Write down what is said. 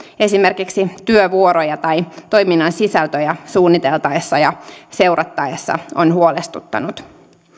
esimerkiksi työvuoroja tai toiminnan sisältöjä suunniteltaessa ja seurattaessa on huolestuttanut